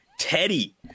Teddy